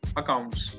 accounts